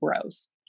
gross